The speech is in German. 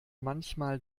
manchmal